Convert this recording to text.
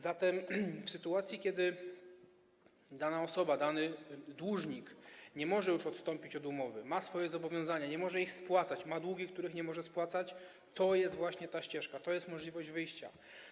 Zatem w sytuacji, kiedy dana osoba, dany dłużnik nie może już odstąpić od umowy, ma swoje zobowiązania, nie może ich spłacać, ma długi, których nie może spłacać, to jest właśnie ta ścieżka, to jest możliwość wyjścia.